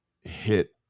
hit